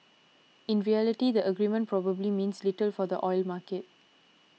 in reality the agreement probably means little for the oil market